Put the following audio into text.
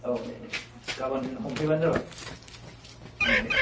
औ दे दे गाबोन हमफैबानो जाबाय दे